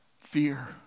fear